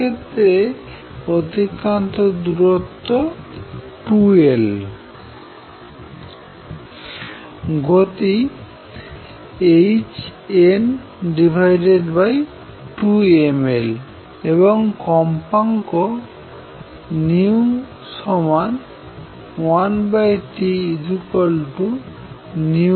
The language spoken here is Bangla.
সেক্ষেত্রে অতিক্রান্ত দূরত্ব 2L গতি hn2mL এবং কম্পাঙ্ক 1T v2L